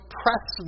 press